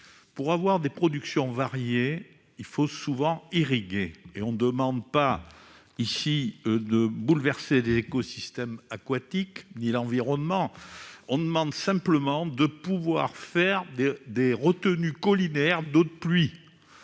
pour avoir des productions variées, il faut souvent irriguées et on demande pas ici de bouleverser d'écosystèmes aquatiques, ni l'environnement, on demande simplement de pouvoir faire des retenues colinéaires d'eau de pluie